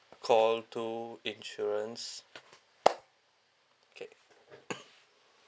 call two insurance okay